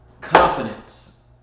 Confidence